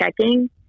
checking